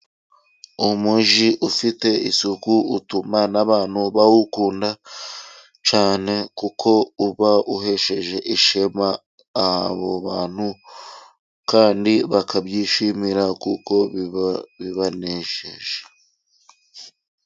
Umujyi ufite isuku，utuma n’abantu bawukunda cyane， kuko uba uhesheje ishema abo bantu， kandi bakabyishimira kuko bibabanejeje.